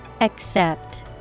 Accept